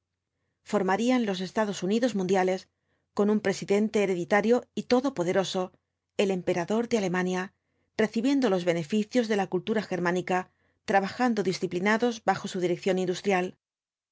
formarían los estados unidos mundiales con un presidente hereditario y todopoderoso el emperador de alemania recibiendo los beneficios de la cultura germánica trabajando disciplinados bajo su dirección industrial